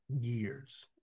years